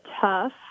tough